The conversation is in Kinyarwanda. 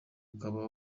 ukaba